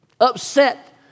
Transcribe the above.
upset